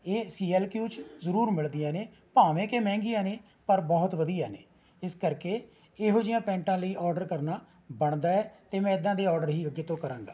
ਇਹ C L Q 'ਚ ਜ਼ਰੂਰ ਮਿਲਦੀਆਂ ਨੇ ਭਾਵੇਂ ਕਿ ਮਹਿੰਗੀਆਂ ਨੇ ਪਰ ਬਹੁਤ ਵਧੀਆ ਨੇ ਇਸ ਕਰਕੇ ਇਹੋ ਜਿਹੀਆਂ ਪੈਟਾਂ ਲਈ ਓਰਡਰ ਕਰਨਾ ਬਣਦਾ ਹੈ ਅਤੇ ਮੈਂ ਏਦਾਂ ਦੇ ਓਰਡਰ ਹੀ ਅੱਗੇ ਤੋਂ ਕਰਾਂਗਾ